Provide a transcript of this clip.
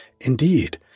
Indeed